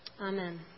Amen